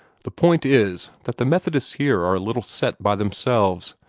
the point is that the methodists here are a little set by themselves.